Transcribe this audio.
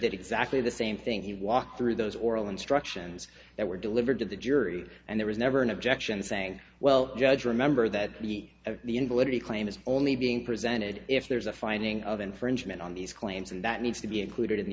did exactly the same thing he walked through those oral instructions that were delivered to the jury and there was never an objection saying well judge remember that each of the invalidity claim is only being presented if there's a finding of infringement on these claims and that needs to be included in the